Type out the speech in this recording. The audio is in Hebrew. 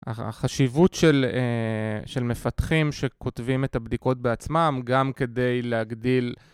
החשיבות של מפתחים שכותבים את הבדיקות בעצמם גם כדי להגדיל...